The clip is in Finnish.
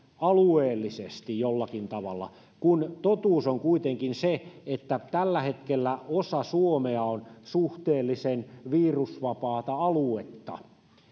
alueellisesti jollakin tavalla kun totuus on kuitenkin se että tällä hetkellä osa suomea on suhteellisen virusvapaata aluetta